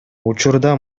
учурда